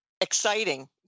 exciting